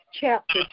Chapter